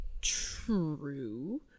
True